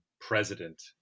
president